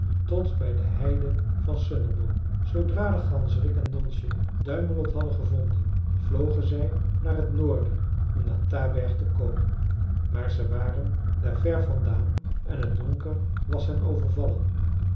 tot bij de heide van sunnerbo zoodra de ganzerik en donsje duimelot hadden gevonden vlogen zij naar het noorden om naar taberg te komen maar ze waren daar ver vandaan en het donker was hen overvallen